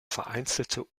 vereinzelte